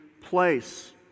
place